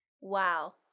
Wow